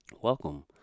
Welcome